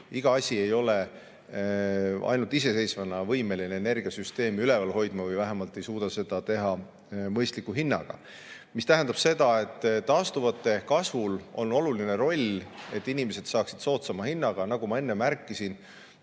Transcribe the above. Iga asi ei ole ainult iseseisvana võimeline energiasüsteemi üleval hoidma või vähemalt ei suuda seda teha mõistliku hinnaga. See tähendab seda, et taastuvate kasvul on oluline roll, et inimesed saaksid soodsama hinnaga. Nagu ma enne märkisin,